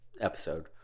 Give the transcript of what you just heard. episode